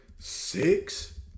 six